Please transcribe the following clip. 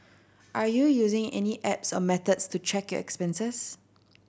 are you using any apps or methods to track your expenses